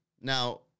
Now